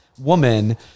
woman